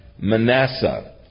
Manasseh